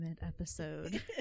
episode